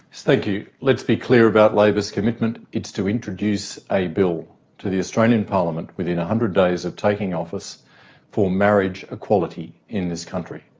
thank you. let's be clear about labor's commitment, it is to introduce a bill to the australian parliament within one hundred days of taking office for marriage equality in this country,